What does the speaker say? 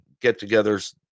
get-togethers